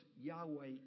Yahweh